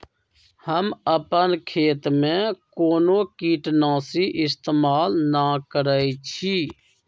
हम अपन खेत में कोनो किटनाशी इस्तमाल न करई छी